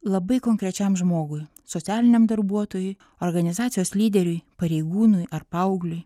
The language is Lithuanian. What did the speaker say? labai konkrečiam žmogui socialiniam darbuotojui organizacijos lyderiui pareigūnui ar paaugliui